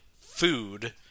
food